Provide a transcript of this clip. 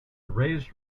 raise